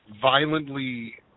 violently